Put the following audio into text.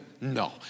no